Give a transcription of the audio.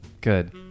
Good